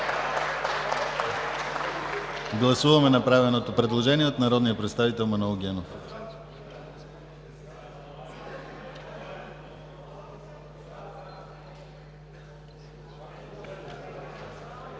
Гласуваме направеното предложение от народния представител Манол Генов.